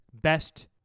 best